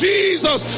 Jesus